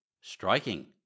Striking